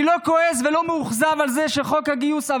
אני לא כועס ולא מאוכזב על זה שהחוק עבר,